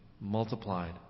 multiplied